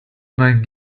mein